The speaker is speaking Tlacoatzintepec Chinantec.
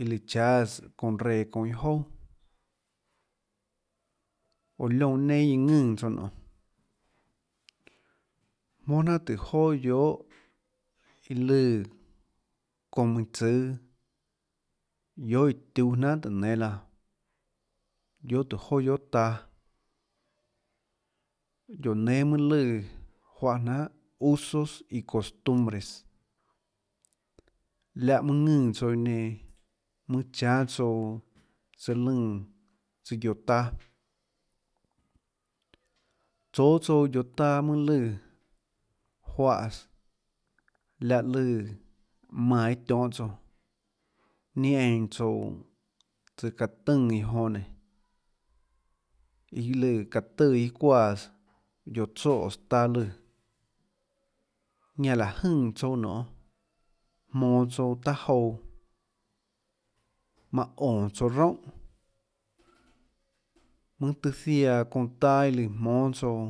iã lùã cháâs çounã reã çounã iâ jouà, oå liónã nenâ iã ðùnã tsouã nionê mùnà jnanhà tùhå joà guiohà iã lùã çounã minã tsùâ guiohà iã tiuhâ jnanhà tùå nénâ laã guiohà tùhå joà guiohà taâ guióå nénâ mønâ lùã juáhã jnanhà usos y costumbres, liáhã mønâ ðùnã tsouã iã nenã mønâ chánâ tsouã tsøã lùnã guioå taâ tsóâ tsouã guioå taâ mønâ lùã juáhãs liáhã lùã manã iâ tionhâ tsouã ninâ einã tosuã tsøã çaã tùnã iâ jonã nénå iâ lùã çaã tùã iâ çuáãs guiohå tsoès taâ lùã ñanã láhå jønè tsouã nionê jmonå tsouã taâ jouã manã ónå tsouã ruónhà mønâ tøã ziaã çounã taâ iã lùã jmónâ tsouã.